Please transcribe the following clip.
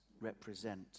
represent